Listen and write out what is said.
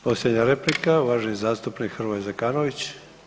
Posljednja replika, uvaženi zastupnik Hrvoje Zekanović.